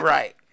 Right